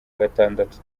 gatandatu